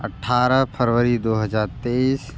अठारह फरवरी दो हज़ार तेईस